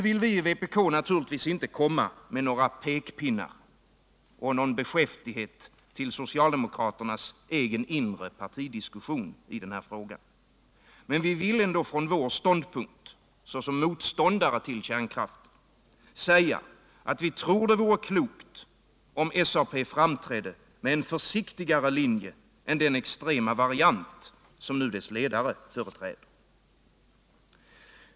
Vpk vill naturligtvis inte komma med pekpinnar och beskäftighet till socialdemokraternas egen inre partidiskussion i den här frågan. Men vi vill från vår ståndpunkt som motståndare till kärnkraft säga att vi tror det vore klokt om SAP framträdde med en försiktigare linje än den extrema variant som nu dess ledare företräder.